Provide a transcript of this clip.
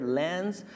lands